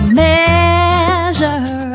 measure